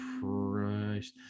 Christ